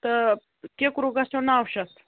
تہٕ کِکرُک گژھن نَو شیٚتھ